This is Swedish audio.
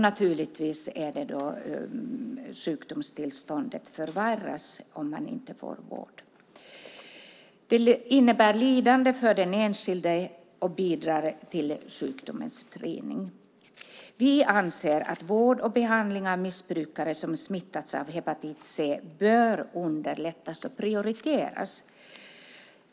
Naturligtvis förvärras sjukdomstillståndet om man inte får vård. Det innebär lidande för den enskilde och bidrar till sjukdomens spridning. Vi anser att vård och behandling av missbrukare som smittats av hepatit C bör underlättas och prioriteras.